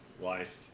life